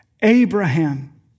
Abraham